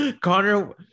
connor